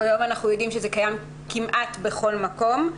כיום אנחנו יודעים שזה קיים כמעט בכל מקום.